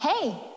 Hey